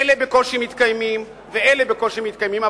אלה בקושי מתקיימים, ואלה בקושי מתקיימים.